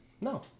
No